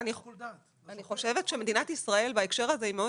אני חושבת שמדינת ישראל בהקשר הזה היא מאוד